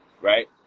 right